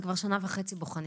זה כבר שנה וחצי בבחינה,